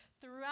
Throughout